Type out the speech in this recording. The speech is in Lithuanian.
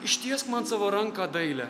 ištiesk man savo ranką dailią